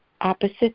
opposite